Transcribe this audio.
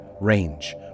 range